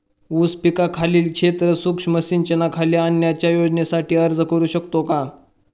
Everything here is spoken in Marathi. ऊस पिकाखालील क्षेत्र सूक्ष्म सिंचनाखाली आणण्याच्या योजनेसाठी अर्ज करू शकतो का?